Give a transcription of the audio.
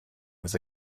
was